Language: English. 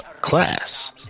class